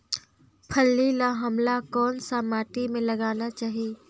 फल्ली ल हमला कौन सा माटी मे लगाना चाही?